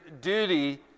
duty